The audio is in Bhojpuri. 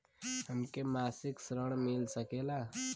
हमके मासिक ऋण मिल सकेला?